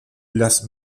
las